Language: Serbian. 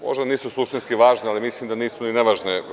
Možda nisu suštinski važne, ali mislim da nisu ni nevažne.